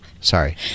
Sorry